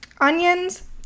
onions